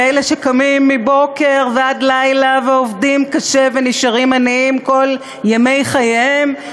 באלה שקמים בבוקר ועד לילה עובדים קשה ונשארים עניים כל ימי חייהם.